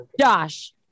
Josh